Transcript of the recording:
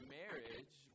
marriage